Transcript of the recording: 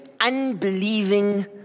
unbelieving